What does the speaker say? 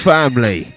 family